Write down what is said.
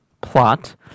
plot